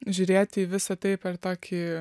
žiūrėti į visa tai per tokį